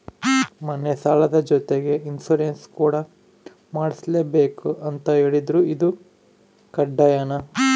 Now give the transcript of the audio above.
ಮನೆ ಸಾಲದ ಜೊತೆಗೆ ಇನ್ಸುರೆನ್ಸ್ ಕೂಡ ಮಾಡ್ಸಲೇಬೇಕು ಅಂತ ಹೇಳಿದ್ರು ಇದು ಕಡ್ಡಾಯನಾ?